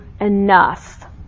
enough